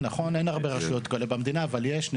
אין הרבה רשויות כאלה במדינה, אבל יש.